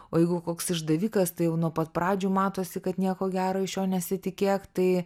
o jeigu koks išdavikas tai jau nuo pat pradžių matosi kad nieko gero iš jo nesitikėk tai